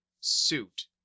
suit